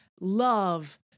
love